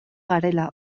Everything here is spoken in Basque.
garela